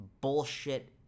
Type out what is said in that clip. bullshit